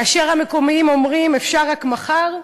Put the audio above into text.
כאשר המקומיים אומרים: אפשר רק מחר,